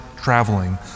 traveling